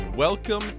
Welcome